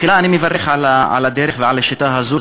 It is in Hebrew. תחילה אני מברך על הדרך ועל השיטה הזו,